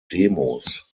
demos